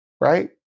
right